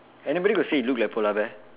anybody got say you look like polar bear